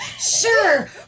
Sure